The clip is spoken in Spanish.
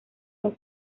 los